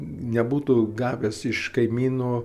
nebūtų gavęs iš kaimyno